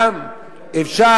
חבר הכנסת נסים זאב, משפט אחרון.